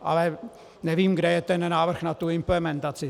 Ale nevím, kde je návrh na tu implementaci.